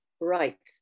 rights